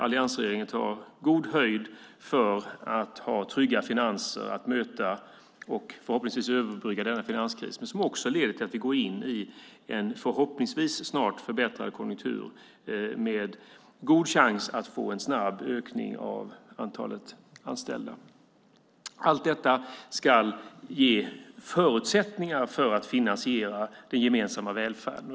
Alliansregeringen har god höjd för att ha trygga finanser att möta och förhoppningsvis överbrygga denna finanskris. Det leder också till att vi går in i en förhoppningsvis snart förbättrad konjunktur med god chans att få snabb ökning av antalet anställda. Allt detta ska ge förutsättningar för att finansiera den gemensamma välfärden.